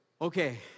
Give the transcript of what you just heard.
okay